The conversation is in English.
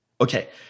Okay